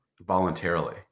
voluntarily